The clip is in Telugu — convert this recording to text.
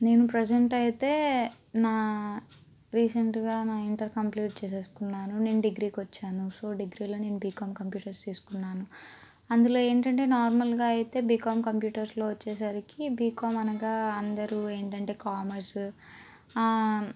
నేను ప్రజెంట్ అయితే నా రీసెంట్గా నా ఇంటర్ కంప్లీట్ చేసేసుకున్నాను నేను డిగ్రీకి వచ్చాను సో డిగ్రీలో నేను బీకాం కంప్యూటర్స్ తీసుకున్నాను అందులో ఏంటంటే నార్మల్గా అయితే బికామ్ కంప్యూటర్స్లో వచ్చేసరికి బికామ్ అనగా అందరూ ఏంటంటే కామర్స్